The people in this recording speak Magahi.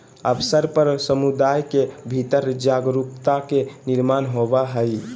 अवसर पर समुदाय के भीतर जागरूकता के निर्माण होबय हइ